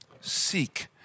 seek